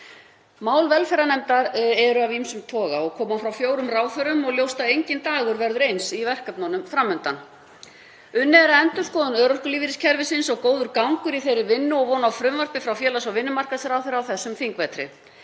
Mál velferðarnefndar eru af ýmsum toga og koma frá fjórum ráðherrum og ljóst að enginn dagur verður eins í verkefnunum fram undan. Unnið er að endurskoðun örorkulífeyriskerfisins og góður gangur í þeirri vinnu og von á frumvarpi frá félags- og vinnumarkaðsráðherra á þessum þingvetri.